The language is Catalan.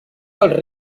dels